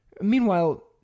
Meanwhile